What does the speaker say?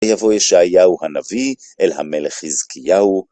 יבוא ישעיהו הנביא אל המלך חזקיהו.